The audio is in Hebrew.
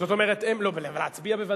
זאת אומרת, להצביע, בוודאי.